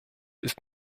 ist